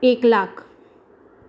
एक लाख